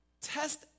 Test